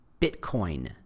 Bitcoin